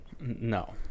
no